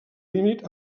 límit